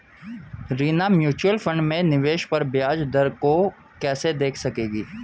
Reena mutual fund में निवेश पर ब्याज दर को कैसे देख सकेगी?